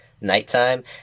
nighttime